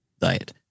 diet